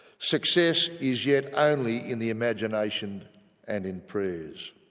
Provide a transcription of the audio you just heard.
success is yet only in the imagination and in prayers.